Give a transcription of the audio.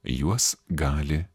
juos gali